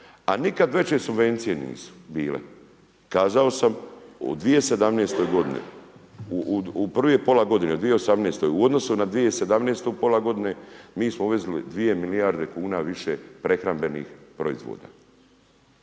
a nikad veće subvencije nisu bile. Kazao sam u 2017. g., u prvih pola godine 2018., u odnosu na 2017. pola godine, mi smo uvezli 2 milijarde kuna više prehrambenih proizvoda.